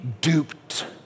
duped